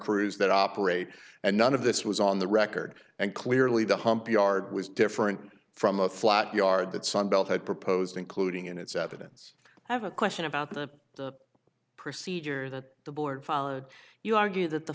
crews that operate and none of this was on the record and clearly the hump yard was different from the flat yard that sunbelt had proposed including in its evidence i have a question about the procedure that the board followed you argue that the